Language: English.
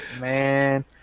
Man